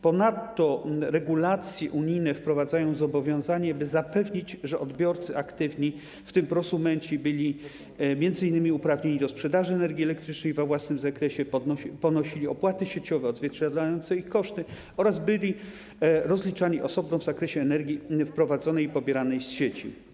Ponadto regulacje unijne wprowadzają zobowiązanie, by zapewnić, że odbiorcy aktywni, w tym prosumenci, będą m.in. uprawnieni do sprzedaży energii elektrycznej we własnym zakresie, będą ponosili opłaty sieciowe odzwierciedlające koszty oraz będą rozliczani osobno w zakresie energii wprowadzanej do sieci i pobieranej z sieci.